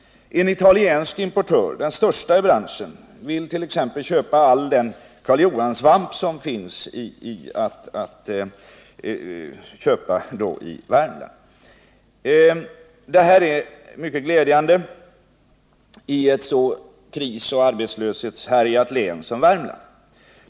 En italiensk importör — den största i branschen — vill t.ex. köpa all den karljohanssvamp som finns att få i Värmland. Detta är mycket glädjande i ett så krisoch arbetslöshetshärjat län som Värmland.